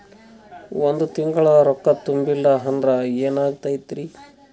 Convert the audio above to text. ಒಂದ ತಿಂಗಳ ರೊಕ್ಕ ತುಂಬಿಲ್ಲ ಅಂದ್ರ ಎನಾಗತೈತ್ರಿ?